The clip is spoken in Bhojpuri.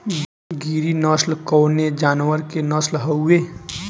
गिरी नश्ल कवने जानवर के नस्ल हयुवे?